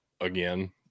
again